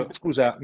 scusa